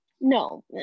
No